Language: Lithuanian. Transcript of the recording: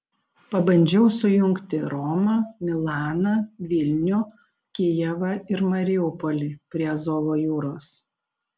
pabandžiau sujungti romą milaną vilnių kijevą ir mariupolį prie azovo jūros